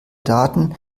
daten